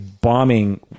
bombing